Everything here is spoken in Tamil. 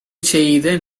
செய்த